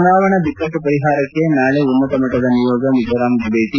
ಚುನಾವಣಾ ಬಿಕ್ಕಟ್ನು ಪರಿಹಾರಕ್ಕೆ ನಾಳೆ ಉನ್ನತ ಮಟ್ಟದ ನಿಯೋಗ ಮಿಜೋರಾಂಗೆ ಭೇಟಿ